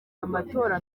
amatora